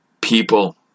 people